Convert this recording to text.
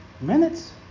Minutes